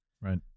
right